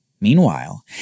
Meanwhile